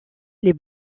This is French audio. les